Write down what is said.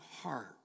heart